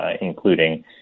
including